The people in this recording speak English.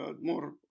more